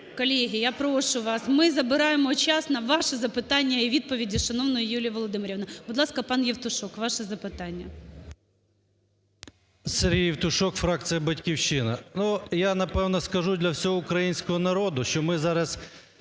Колеги, я прошу вас, ми забираємо час на ваші запитання і відповіді шановної Юлії Володимирівни. Будь ласка, пан Євтушок, ваше запитання. 11:46:01 ЄВТУШОК С.М. Сергій Євтушок, фракція "Батьківщина". Ну, напевно, скажу для всього українського народу, що ми зараз